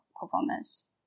performance